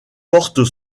porte